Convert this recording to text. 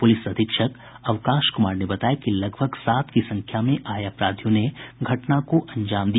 police अधीक्षक अवकाश कुमार ने बताया कि लगभग सात की संख्या में आये अपराधियों ने घटना को अंजाम दिया